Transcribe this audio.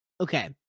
Okay